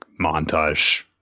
montage